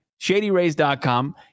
ShadyRays.com